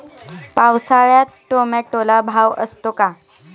पावसाळ्यात टोमॅटोला भाव असतो का?